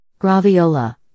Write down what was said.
Graviola